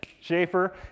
Schaefer